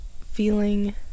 feeling